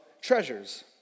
treasures